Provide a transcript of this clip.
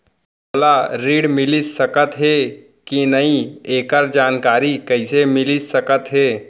मोला ऋण मिलिस सकत हे कि नई एखर जानकारी कइसे मिलिस सकत हे?